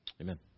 Amen